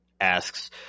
asks